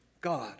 God